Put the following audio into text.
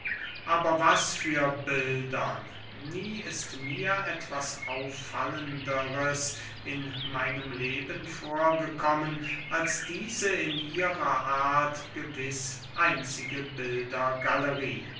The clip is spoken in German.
aber was für bildern nie ist mir etwas auffallenders in meinem leben vorgekommen als diese in ihrer art gewiß einzige